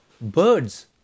birds